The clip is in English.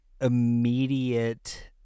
immediate